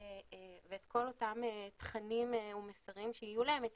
ואת כל אותם תכנים ומסרים שיהיו להם את